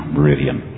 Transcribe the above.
Meridian